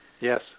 Yes